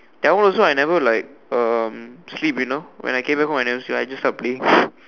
that one also I never like um sleep you know when I came back home I never sleep I just start playing